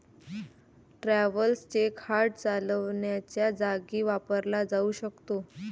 travellers cheque hard चलनाच्या जागी वापरला जाऊ शकतो